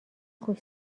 خوش